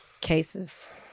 Cases